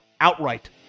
outright